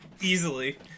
easily